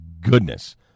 goodness